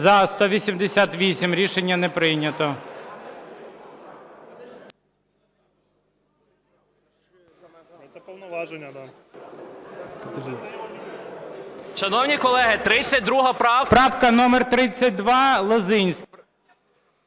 За-189 Рішення не прийнято.